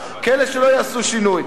כאלה שלא יעשו שינוי.